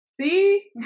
see